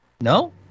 no